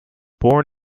born